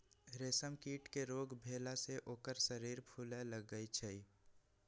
रेशम कीट के रोग भेला से ओकर शरीर फुले लगैए छइ